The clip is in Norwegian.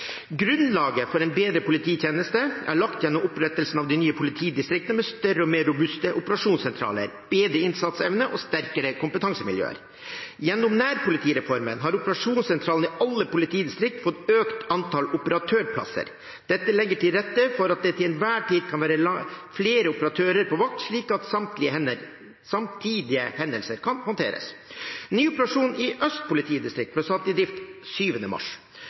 Grunnlaget for en bedre polititjeneste er lagt gjennom opprettelsen av de nye politidistriktene med større og mer robuste operasjonssentraler, bedre innsatsevne og sterkere kompetansemiljøer. Gjennom nærpolitireformen har operasjonssentralene i alle politidistrikter fått økt antall operatørplasser. Dette legger til rette for at det til enhver tid kan være flere operatører på vakt, slik at samtidige hendelser kan håndteres. Ny operasjonssentral i Øst politidistrikt ble satt i drift 7. mars